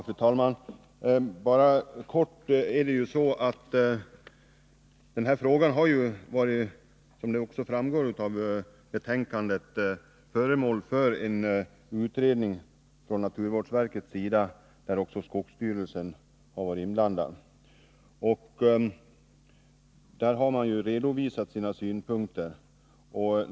Fru talman! Jag vill bara helt kort nämna att denna fråga ju varit — som framgår av föreliggande betänkande — föremål för utredning av naturvårdsverket. I denna utredning har också skogsstyrelsen varit inblandad. I denna utredning har man redovisat sina synpunkter.